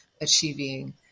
Achieving